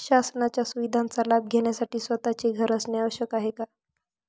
शासनाच्या सुविधांचा लाभ घेण्यासाठी स्वतःचे घर असणे आवश्यक आहे का?